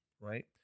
right